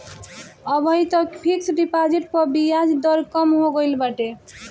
अबही तअ fix deposit पअ बियाज दर कम हो गईल बाटे